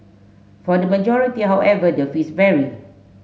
for the majority however the fees vary